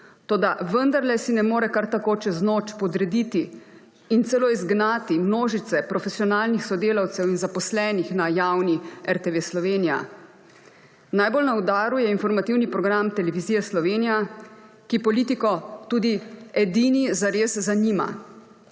toda vendarle si ne more kar tako čez noč podrediti in celo izgnati množice profesionalnih sodelavcev in zaposlenih na javni RTV Slovenija. Najbolj na udaru je informativni program Televizije Slovenija, ki politiko tudi edini zares zanima.